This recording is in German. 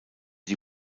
die